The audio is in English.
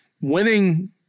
Winning